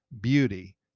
beauty